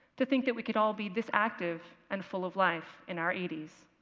to think that we could all be this active and full of life in our eighty s.